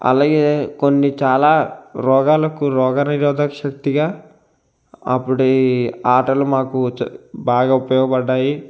అలాగే కొన్ని చాలా రోగాలకు రోగనిరోధకశక్తిగా అప్పుటి ఆటలు మాకు చ్ బాగా ఉపయోగబడినాయి